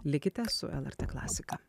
likite su lrt klasika